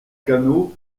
canot